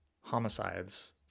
homicides